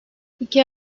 i̇ki